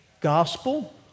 gospel